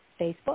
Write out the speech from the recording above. Facebook